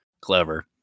Clever